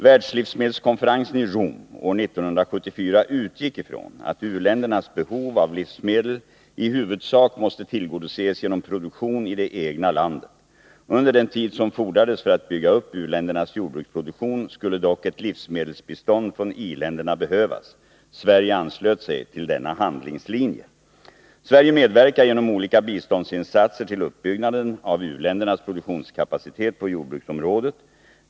Världslivsmedelskonferensen i Rom år 1974 utgick ifrån att u-ländernas behov av livsmedel i huvudsak måste tillgodoses genom produktion i det egna landet. Under den tid som fordrades för att bygga upp u-ländernas jordbruksproduktion skulle dock ett livsmedelsbistånd från i-länderna behövas. Sverige anslöt sig till denna handlingslinje. Sverige medverkar genom olika biståndsinsatser till uppbyggnaden av u-ländernas produktionskapacitet på jordbruksområdet.